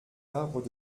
arbres